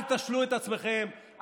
אל תשלו את עצמכם,